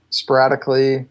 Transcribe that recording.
sporadically